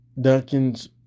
Duncan's